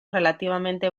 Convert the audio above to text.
relativamente